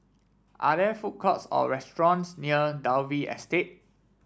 are there food courts or restaurants near Dalvey Estate